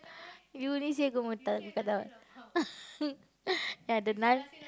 you already say go moota~ mookata ya the na~